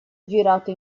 girato